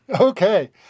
Okay